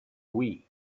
wii